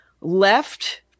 left